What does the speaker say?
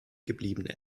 gebliebene